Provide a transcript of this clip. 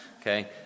Okay